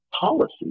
policy